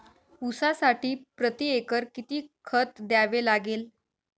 ऊसासाठी प्रतिएकर किती खत द्यावे लागेल?